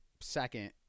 second